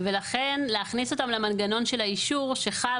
ולכן להכניס אותם למנגנון של האישור שחל